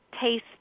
taste